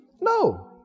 No